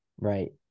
right